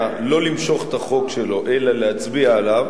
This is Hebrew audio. לא למשוך את החוק שלו אלא להצביע עליו,